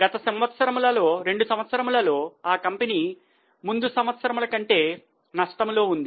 గత రెండు సంవత్సరములలో ఆ కంపెనీ ముందు సంవత్సరముల కంటే నష్టంలో ఉంది